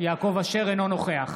אינו נוכח